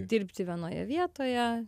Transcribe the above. dirbti vienoje vietoje